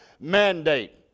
mandate